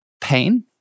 pain